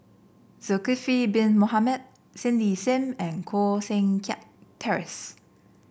Zulkifli Bin Mohamed Cindy Sim and Koh Seng Kiat Terence